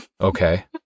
Okay